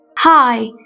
Hi